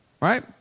Right